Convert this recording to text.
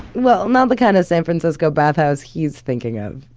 well, not the kind of san francisco bath house he's thinking of,